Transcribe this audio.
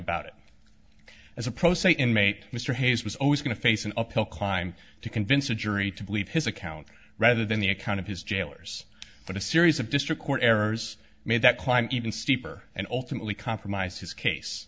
about it as a pro se inmate mr hayes was always going to face an uphill climb to convince a jury to believe his account rather than the account of his jailers but a series of district court errors made that climb even steeper and ultimately compromise his case